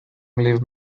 leave